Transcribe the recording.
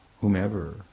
whomever